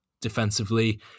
defensively